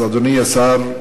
אז אדוני השר,